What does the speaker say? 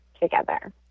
together